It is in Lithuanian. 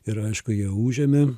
ir aišku jie užėmė